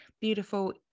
beautiful